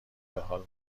بحال